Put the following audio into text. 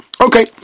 Okay